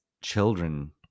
children